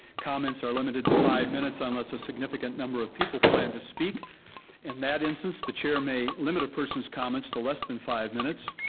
comments are limited to five minutes unless a significant number of people plan to speak and in that instance the chair may limit a person's comments to less than five minutes.